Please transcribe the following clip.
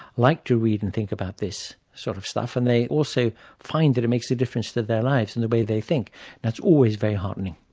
like to read and think about this sort of stuff, and they also find that it makes a difference to their lives and the way they think, and that's always very heartening.